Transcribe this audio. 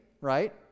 right